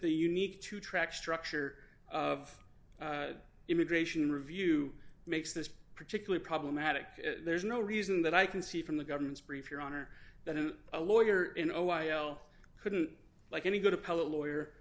unique to track structure of immigration review makes this particular problematic there's no reason that i can see from the government's brief your honor that in a lawyer in o i l couldn't like any good appellate lawyer